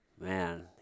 Man